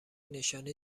نشانی